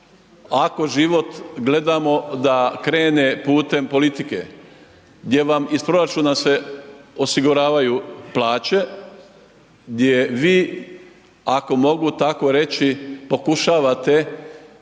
ako život gledamo da krene putem politike gdje vam se iz proračuna osiguravaju plaće, gdje vi ako mogu tako reći pokušavate